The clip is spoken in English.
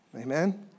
Amen